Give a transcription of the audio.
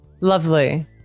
Lovely